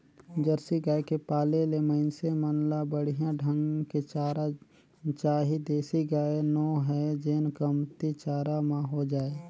Jersey गाय के पाले ले मइनसे मन ल बड़िहा ढंग के चारा चाही देसी गाय नो हय जेन कमती चारा म हो जाय